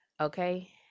okay